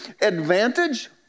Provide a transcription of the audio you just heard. Advantage